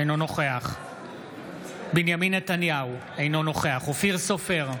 אינו נוכח בנימין נתניהו, אינו נוכח אופיר סופר,